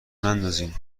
نندازین